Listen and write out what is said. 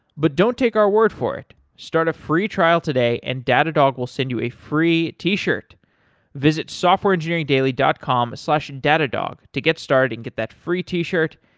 but don't take our word for it. start a free trial today and datadog will send you a free t-shirt visit softwareengineeringdaily dot com slash datadog to get started and get that free t-shirt.